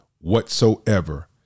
whatsoever